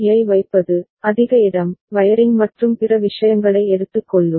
யை வைப்பது அதிக இடம் வயரிங் மற்றும் பிற விஷயங்களை எடுத்துக் கொள்ளும்